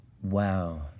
Wow